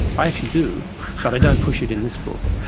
i actually do, but i don't push it in this book.